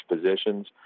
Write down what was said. positions